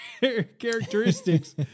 characteristics